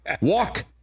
Walk